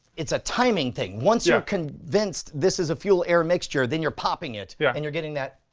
it's a timing thing. once you're convinced this is a fuel-air mixture then you're popping it yeah and you're getting that